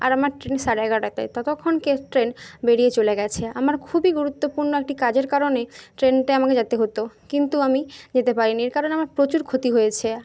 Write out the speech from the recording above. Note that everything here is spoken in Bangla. আর আমার ট্রেন সাড়ে এগারোটাতে তো তখনকে ট্রেন বেরিয়ে চলে গিয়েছে আমার খুবই গুরুত্বপূণ্ণ একটা কাজের কারণে ট্রেনটায় আমাকে যেতে হতো কিন্তু আমি যেতে পারিনি এর কারণে আমার প্রচুর ক্ষতি হয়েছে